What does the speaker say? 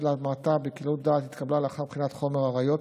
להמתה בקלות דעת התקבלה לאחר בחינת חומר הראיות,